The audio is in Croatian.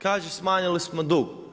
Kaže smanjili smo dug.